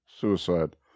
suicide